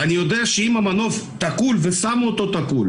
אני יודע שאם המנוף תקול והתקינו אותו תקול